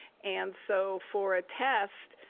and so, for a test,